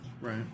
Right